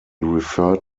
referred